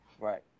Right